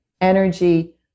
energy